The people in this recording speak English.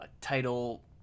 title